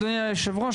אדוני היושב-ראש,